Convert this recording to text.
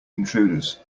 intruders